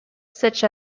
such